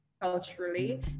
culturally